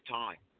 time